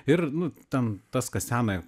ir nu ten tas kas sena